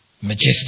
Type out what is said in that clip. Majestic